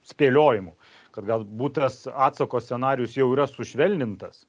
spėliojimų kad galbūt tas atsako scenarijus jau yra sušvelnintas